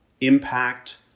impact